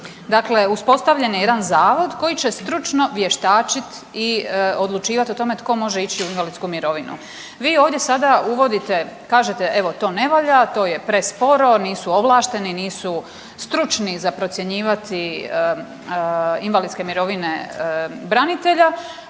Dakle, uspostavljen je jedan zavod koji će stručno vještačit i odlučivat o tome tko može ići u invalidsku mirovinu. Vi ovdje sada uvodite, kažete evo to ne valja, to je presporo, nisu ovlašteni, nisu stručni za procjenjivati invalidske mirovine branitelja,